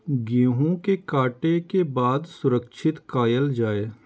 गेहूँ के काटे के बाद सुरक्षित कायल जाय?